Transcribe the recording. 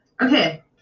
Okay